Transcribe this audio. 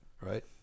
right